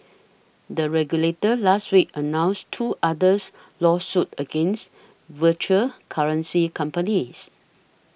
the regulator last week announced two others lawsuits against virtual currency companies